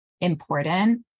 important